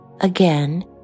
Again